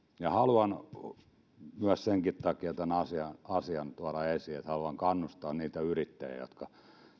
ja haluan senkin takia tämän asian asian tuoda esiin että haluan kannustaa niitä yrittäjiä jotka